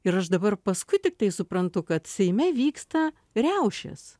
ir aš dabar paskui tiktai suprantu kad seime vyksta riaušės